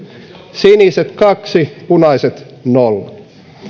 siniset kaksi punaiset nolla